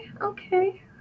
Okay